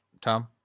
Tom